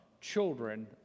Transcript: children